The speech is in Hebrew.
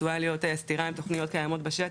עשויה להיות סתירה עם תוכניות קיימות בשטח,